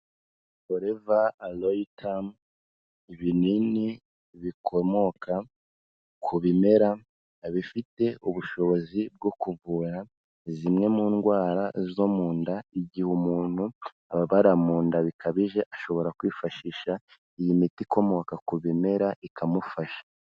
Forever Aloe Turm ibinini bikomoka ku bimera, bifite ubushobozi bwo kuvura zimwe mu ndwara zo mu nda igihe umuntu ababara mu nda bikabije ashobora kwifashisha iyi miti ikomoka ku bimera ikamufasha.